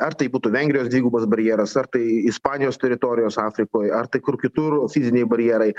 ar tai būtų vengrijos dvigubas barjeras ar tai ispanijos teritorijos afrikoj ar tai kur kitur fiziniai barjerai